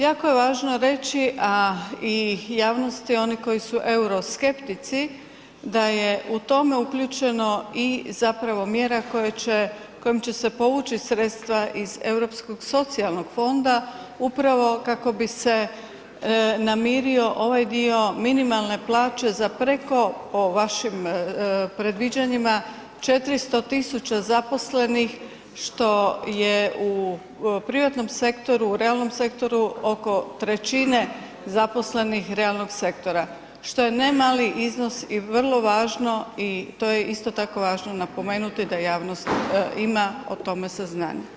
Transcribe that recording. Jako je važno reći a i javnosti, oni koji su euroskeptici, da je u tome uključeno i zapravo mjera kojom će se povući sredstva iz Europskog socijalnog fonda upravo kako bi se namirio ovaj dio minimalne plaće za preko, po vašim predviđanjima, 400 000 zaposlenih što je u privatnom sektoru, realnom sektoru, oko 1/3 zaposlenih realnog sektora što je nemali iznos i vrlo važno i to je isto tako važno napomenuti da javnost ima o tome saznanja.